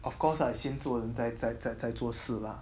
of course lah 先做人再再再再做事 lah